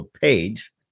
page